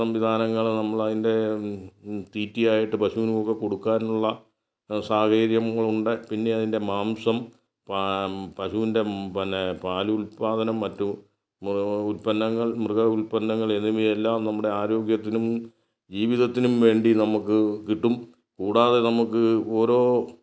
സംവിധാനങ്ങൾ നമ്മളതിൻ്റെ തീറ്റിയായിട്ട് പശുവിനൊക്കെ കൊടുക്കാനുള്ള സാഹചര്യങ്ങളുണ്ട് പിന്നെ അതിൻ്റെ മാംസം പ പശുവിൻ്റെ പിന്നെ പാൽ ഉൽപാദനം മറ്റും ഉൽപ്പന്നങ്ങൾ മൃഗ ഉൽപ്പന്നങ്ങൾ എന്നിവയെല്ലാം നമ്മുടെ ആരോഗ്യത്തിനും ജീവിതത്തിനും വേണ്ടി നമുക്ക് കിട്ടും കൂടാതെ നമുക്ക് ഓരോ